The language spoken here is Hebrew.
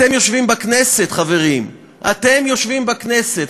אתם יושבים בכנסת, חברים, אתם יושבים בכנסת.